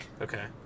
Okay